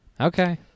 Okay